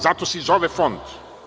Zato se i zove Fond.